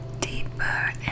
Deeper